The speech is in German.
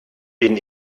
bin